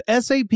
SAP